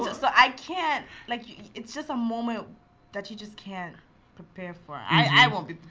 so i can't, like it's just a moment that you just can't prepare for. i won't be.